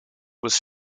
was